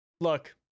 look